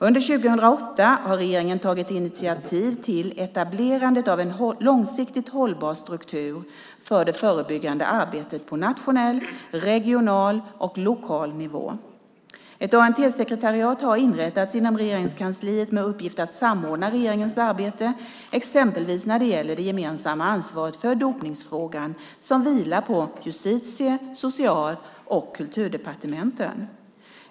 Under 2008 har regeringen tagit initiativ till etablerandet av en långsiktigt hållbar struktur för det förebyggande arbetet på nationell, regional och lokal nivå. Ett ANT-sekretariat har inrättats inom Regeringskansliet med uppgift att samordna regeringens arbete, exempelvis när det gäller det gemensamma ansvaret för dopningsfrågan som vilar på Justitie-, Social och Kulturdepartementen.